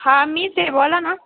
हां मीच आहे बोला ना